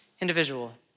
individual